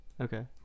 okay